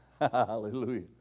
Hallelujah